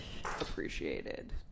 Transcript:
Appreciated